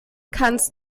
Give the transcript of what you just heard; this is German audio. kannst